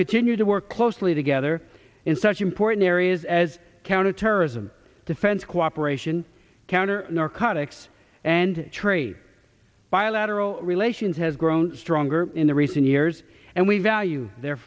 continued to work closely together in such important areas as counterterrorism defense cooperation counter narcotics and trade bilateral relations has grown stronger in the recent years and we value their